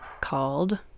called